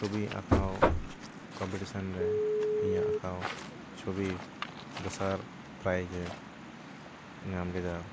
ᱪᱷᱚᱵᱤ ᱟᱸᱠᱷᱟᱣ ᱠᱚᱢᱯᱤᱴᱤᱥᱮᱱ ᱨᱮ ᱤᱧᱟᱹᱜ ᱟᱠᱷᱟᱣ ᱪᱷᱩᱵᱤ ᱫᱚᱥᱟᱨ ᱯᱮᱨᱟᱭᱤᱡᱮ ᱧᱟᱢ ᱞᱮᱫᱟ